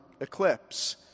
eclipse